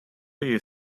you